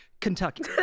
Kentucky